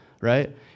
right